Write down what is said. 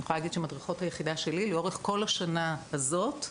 אני יכולה להגיד שמדריכות היחידה שלי לאורך כל השנה הזאת,